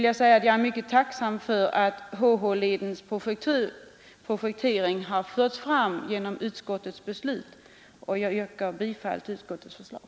Jag är mycket tacksam för att HH-ledens projektering har förts fram genom utskottets förslag, och jag yrkar bifall till utskottets hemställan.